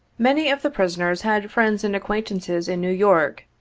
many of the prisoners had friends and acquaintances in new york,